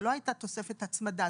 זה לא הייתה תוספת הצמדה.